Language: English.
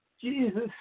Jesus